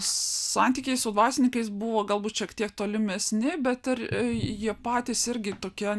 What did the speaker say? santykiai su dvasininkais buvo galbūt šiek tiek tolimesni bet ir jie patys irgi tokie